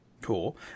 Cool